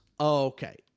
okay